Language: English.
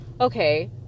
okay